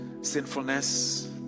sinfulness